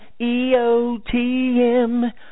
EOTM